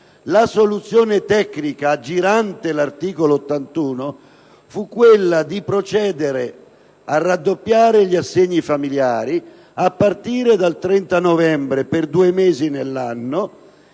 La soluzione tecnica aggirante l'articolo 81 fu quella di procedere al raddoppio degli assegni familiari a partire dal 30 novembre, per due mesi nell'anno,